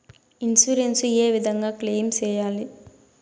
Insurance ఏ విధంగా claim సేయాలి?